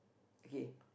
okay